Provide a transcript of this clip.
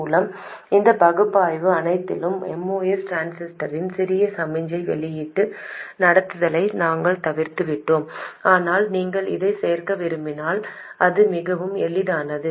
மூலம் இந்த பகுப்பாய்வு அனைத்திலும் MOS டிரான்சிஸ்டரின் சிறிய சமிக்ஞை வெளியீட்டு நடத்துதலை நாங்கள் தவிர்த்துவிட்டோம் ஆனால் நீங்கள் அதைச் சேர்க்க விரும்பினால் அது மிகவும் எளிதானது